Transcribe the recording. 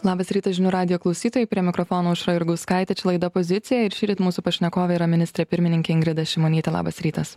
labas rytas žinių radijo klausytojai prie mikrofono aušra jurgauskaitė čia laida pozicija ir šįryt mūsų pašnekovė yra ministrė pirmininkė ingrida šimonytė labas rytas